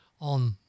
on